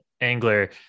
angler